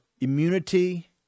immunity